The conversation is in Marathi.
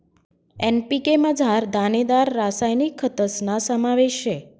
एन.पी.के मझार दानेदार रासायनिक खतस्ना समावेश शे